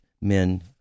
men